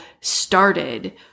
started